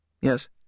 Yes